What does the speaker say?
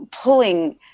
pulling